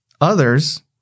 Others